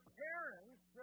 parents